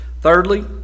Thirdly